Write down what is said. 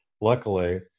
luckily